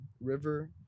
river